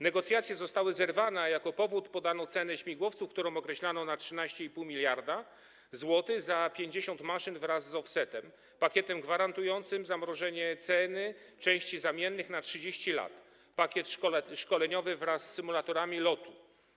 Negocjacje zostały zerwane, a jako powód podano cenę śmigłowców, którą określano na 13,5 mld zł za 50 maszyn wraz z offsetem, pakietem gwarantującym zamrożenie ceny części zamiennych na 30 lat, pakietem szkoleniowym wraz z symulatorami lotu.